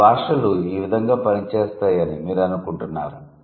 మన భాషలు ఈ విధంగా పనిచేస్తాయని మీరు అనుకుంటున్నారా